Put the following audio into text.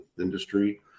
industry